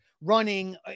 running